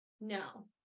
No